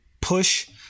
push